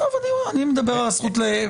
בסדר, אני מדבר על הזכות לסודיות.